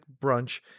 Brunch